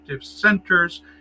centers